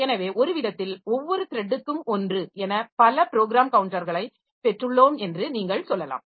எனவே ஒருவிதத்தில் ஒவ்வொரு த்ரெட்டுக்கும் ஒன்று என பல ப்ரோக்ராம் கவுண்டர்களைப் பெற்றுள்ளோம் என்று நீங்கள் சொல்லலாம்